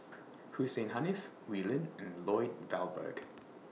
Hussein Haniff Wee Lin and Lloyd Valberg